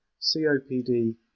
COPD